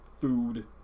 food